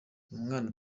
umwana